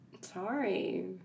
Sorry